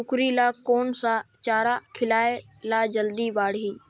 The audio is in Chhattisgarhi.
कूकरी ल कोन सा चारा खिलाय ल जल्दी बाड़ही?